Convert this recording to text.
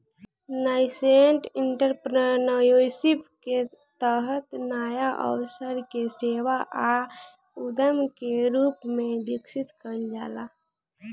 nascent entrepreneurship के तहत नाया अवसर के सेवा आ उद्यम के रूप में विकसित कईल जाला